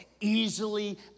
easily